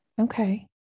Okay